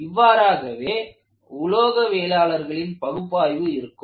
இவ்வாறாகவே உலோகவியலாளர்களின் பகுப்பாய்வு இருக்கும்